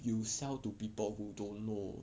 you sell to people who don't know